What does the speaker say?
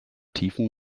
tiefen